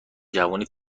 جوونی